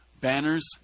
banners